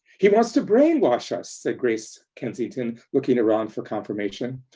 he wants to brainwash us, said grace kensington, looking around for confirmation.